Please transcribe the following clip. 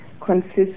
consists